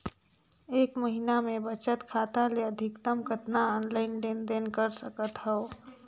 एक महीना मे बचत खाता ले अधिकतम कतना ऑनलाइन लेन देन कर सकत हव?